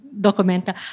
documenta